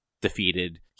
defeated